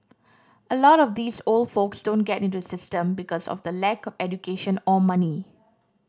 a lot of these old folks don't get into the system because of the lack of education or money